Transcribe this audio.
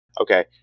Okay